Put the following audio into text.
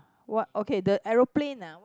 what okay the aeroplane ah